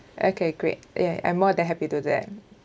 okay great ya I'm more than happy to do that